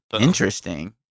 Interesting